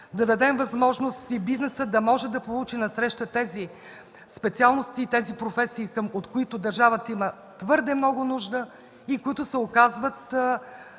Да дадем възможност и бизнесът да може да получи насреща тези специалности и професии, от които държавата има твърде много нужда и които се оказват